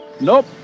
Nope